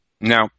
now